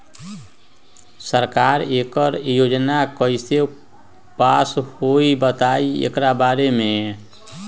सरकार एकड़ योजना कईसे पास होई बताई एकर बारे मे?